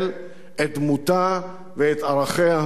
את דמותה ואת ערכיה הצודקים.